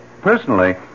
Personally